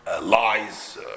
lies